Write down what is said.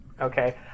Okay